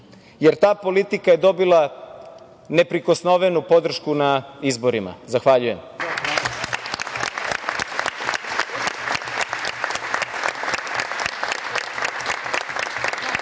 jer ta politika je dobila neprikosnovenu podršku na izborima. Zahvaljujem.